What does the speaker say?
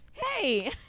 hey